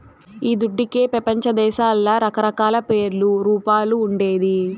ఈ దుడ్డుకే పెపంచదేశాల్ల రకరకాల పేర్లు, రూపాలు ఉండేది